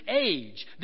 age